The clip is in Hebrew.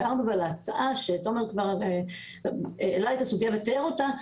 ולהצעה שתומר כבר העלה את הסוגיה ותיאר אותה.